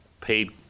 paid